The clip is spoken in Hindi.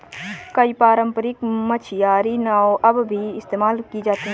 कई पारम्परिक मछियारी नाव अब भी इस्तेमाल की जाती है